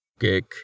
Kick